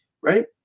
right